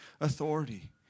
authority